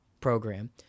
program